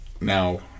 now